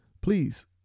please